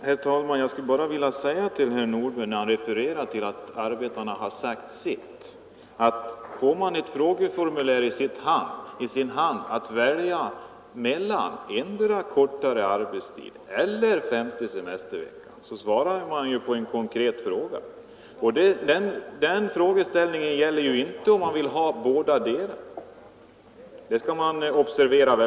Herr talman! Herr Nordberg refererar till att arbetarna har sagt sitt. Jag skulle då vilja säga att får man i sin hand ett frågeformulär där man har att välja endera av kortare arbetstid och en femte semestervecka, så svarar man på den konkreta frågan, och den frågan gäller då inte om man vill ha bådadera — det skall man observera.